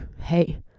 hey